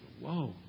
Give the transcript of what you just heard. Whoa